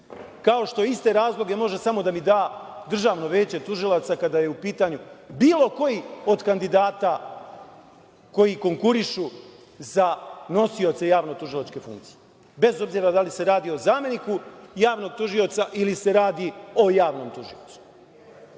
Kao što iste razloge može samo da mi da Državno veće tužilaca kada je u pitanju bilo koji od kandidata koji konkurišu za nosioce javno-tužilačke funkcije, bez obzira da li se radi o zameniku javnog tužioca ili se radi o javnom tužiocu. Zato